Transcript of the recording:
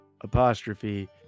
apostrophe